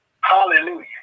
Hallelujah